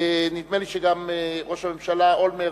נדמה לי שגם ראש הממשלה אולמרט,